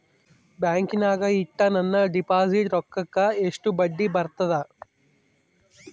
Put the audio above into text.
ಬ್ಯಾಂಕಿನಾಗ ಇಟ್ಟ ನನ್ನ ಡಿಪಾಸಿಟ್ ರೊಕ್ಕಕ್ಕ ಎಷ್ಟು ಬಡ್ಡಿ ಬರ್ತದ?